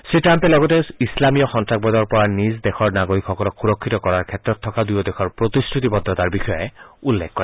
শ্ৰীট্টাম্পে লগতে ইছলামীয় সন্তাসবাদৰ পৰা নিজ দেশৰ নাগৰিকসকলক সুৰক্ষিত কৰাৰ ক্ষেত্ৰত থকা দুয়ো দেশৰ প্ৰতিশ্ৰুতিবদ্ধতাৰ বিষয়ে উল্লেখ কৰে